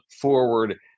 forward